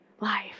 life